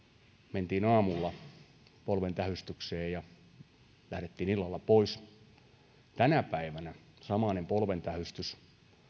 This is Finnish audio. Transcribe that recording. mentiin aamulla polven tähystykseen ja lähdettiin illalla pois tänä päivänä samainen polven tähystys